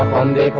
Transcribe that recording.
and